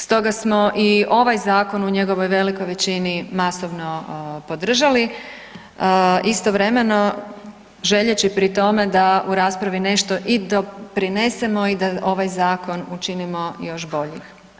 Stoga smo i ovaj zakon u njegovoj velikoj većini masovno podržali, istovremeno želeći pri tome da u raspravi nešto i doprinesemo i da ovaj zakon učinimo još boljim.